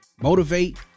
motivate